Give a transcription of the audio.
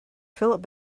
philip